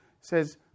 says